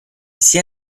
sia